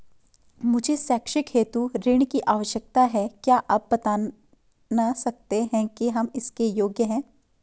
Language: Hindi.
मुझे शैक्षिक हेतु ऋण की आवश्यकता है क्या आप बताना सकते हैं कि हम इसके योग्य हैं?